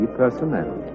personnel